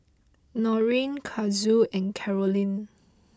Norine Kazuo and Carolynn